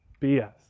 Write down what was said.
BS